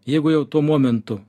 jeigu jau tuo momentu